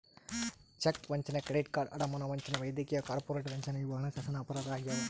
check ವಂಚನೆ credit card ಅಡಮಾನ ವಂಚನೆ ವೈದ್ಯಕೀಯ ಕಾರ್ಪೊರೇಟ್ ವಂಚನೆ ಇವು ಹಣಕಾಸಿನ ಅಪರಾಧ ಆಗ್ಯಾವ